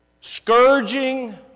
scourging